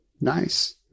Nice